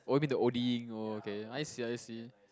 what you mean the O_Ding oh okay I see I see